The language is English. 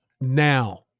now